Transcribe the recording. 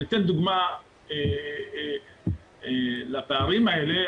אני אתן דוגמה לפערים האלה,